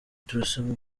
turasaba